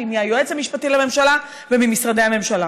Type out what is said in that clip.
מהיועץ המשפטי לממשלה וממשרדי הממשלה.